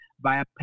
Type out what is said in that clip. Via